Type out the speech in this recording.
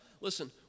Listen